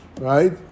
right